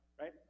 right